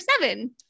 seven